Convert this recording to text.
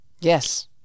Yes